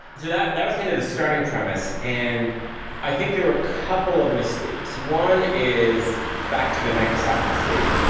so that that was kind of the starting premise. and i think there were a couple of mistakes one is back to the microsoft mistake,